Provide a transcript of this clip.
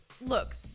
Look